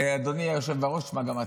אדוני היושב בראש, תשמע גם אתה.